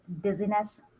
dizziness